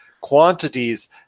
quantities